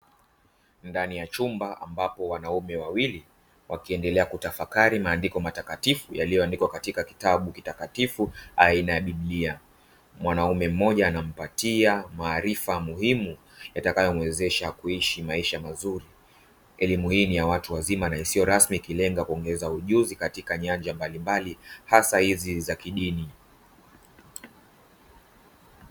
Ndani ya chumba ambapo wanaume wawili wakiendelea kutafakari maandiko matakatifu, yaliyo andikwa katika kitabu kitakatifu aina ya biblia. Mwanaume mmoja anampatia maarifa muhimu yatakayo mwezesha kuishi maisha mazuri. Elimu hii ni ya watu wazima na isiyo rasmi ikilenga kuongeza ujuzi katika nyanja mbalimbali hasa hizi za kidini.